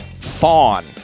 Fawn